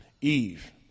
Eve